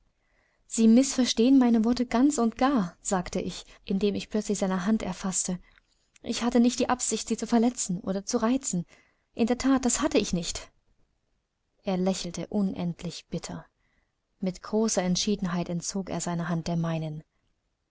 sie mißverstehen meine worte ganz und gar sagte ich indem ich plötzlich seine hand erfaßte ich hatte nicht die absicht sie zu verletzen oder zu reizen in der that das hatte ich nicht er lächelte unendlich bitter mit großer entschiedenheit entzog er seine hand der meinen